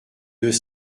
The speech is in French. deux